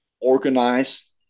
organized